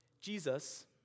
Jesus